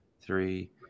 three